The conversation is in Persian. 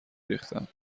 ریختم